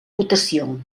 votació